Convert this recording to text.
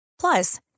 Plus